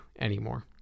anymore